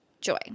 Joy